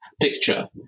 picture